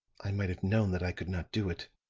i might have known that i could not do it,